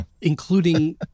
including